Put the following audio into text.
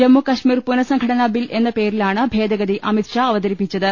ജമ്മുകശ്മീർ പുനഃസംഘടനാ ബിൽ എന്ന പേരിലാണ് ഭേദ ഗതി അമിത്ഷാ അവതരിപ്പിച്ചത്